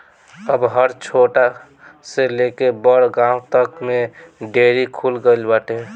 अब हर छोट से लेके बड़ गांव तक में डेयरी खुल गईल बाटे